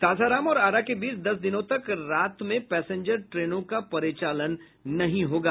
सासाराम से आरा के बीच दस दिनों तक रात्रि में पैसेंजर ट्रेनों का परिचालन नहीं होगा